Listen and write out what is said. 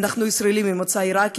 אנחנו ישראלים ממוצא עיראקי,